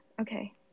Okay